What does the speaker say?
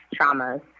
traumas